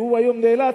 והוא היום נאלץ,